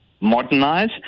modernize